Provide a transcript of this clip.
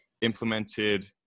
implemented